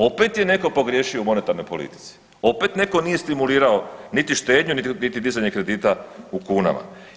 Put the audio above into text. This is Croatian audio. Opet je netko pogriješio u monetarnoj politici, opet neko nije stimulirao niti štednju, niti dizanje kredita u kunama.